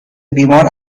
بیمار